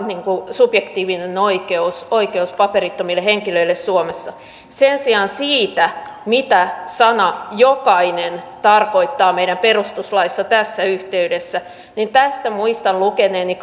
subjektiivinen oikeus oikeus paperittomille henkilöille suomessa sen sijaan siitä mitä sana jokainen tarkoittaa meidän perustuslaissa tässä yhteydessä muistan lukeneeni